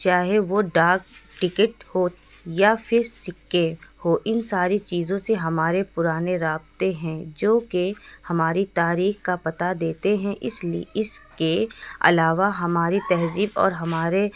چاہے وہ ڈاک ٹکٹ ہو یا پھر سکے ہو ان ساری چیزوں سے ہمارے پرانے رابطے ہیں جو کہ ہماری تاریخ کا پتا دیتے ہیں اس لیے اس کے علاوہ ہماری تہذیب اور ہماری